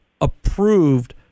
approved